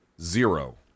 Zero